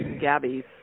Gabby's